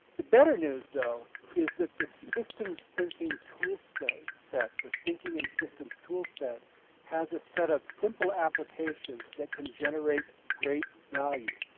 the better news though is that the systems thinking toolset, the thinking in systems toolset has a set of simple applications that can generate great value.